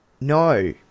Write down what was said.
No